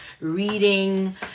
reading